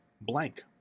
blank